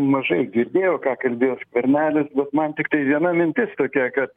mažai girdėjau ką kalbėjo skvernelis bet man tiktai viena mintis tokia kad